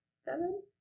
seven